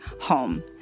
home